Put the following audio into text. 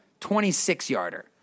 26-yarder